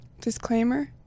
Disclaimer